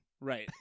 Right